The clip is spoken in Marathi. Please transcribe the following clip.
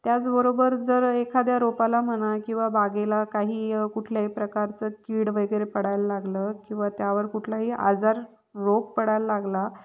त्याचबरोबर जर एखाद्या रोपाला म्हणा किंवा बागेला काही कुठल्याही प्रकारचं कीड वगैरे पडायला लागलं किंवा त्यावर कुठलाही आजार रोग पडायला लागला